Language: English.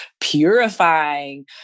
purifying